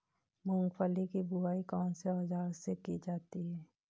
मूंगफली की बुआई कौनसे औज़ार से की जाती है?